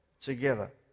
together